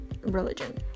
religion